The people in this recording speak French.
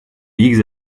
higgs